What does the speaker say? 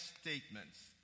statements